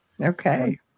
Okay